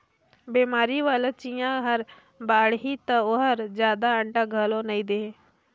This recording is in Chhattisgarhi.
बेमारी वाला चिंया हर बाड़ही त ओहर जादा अंडा घलो नई दे